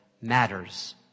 matters